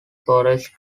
forest